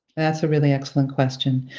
that's a really excellent question.